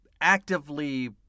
actively